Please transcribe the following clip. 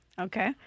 Okay